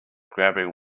grabbing